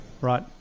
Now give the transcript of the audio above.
Right